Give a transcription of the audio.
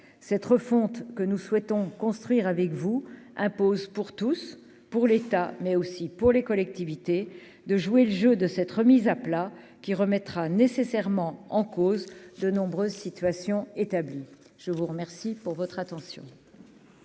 cette refonte que nous souhaitons construire avec vous impose pour tous pour l'État mais aussi pour les collectivités de jouer le jeu de cette remise à plat, qui remettra nécessairement en cause de nombreuses situations établies, je vous remercie pour votre attention.